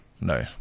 no